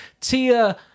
Tia